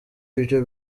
ivyo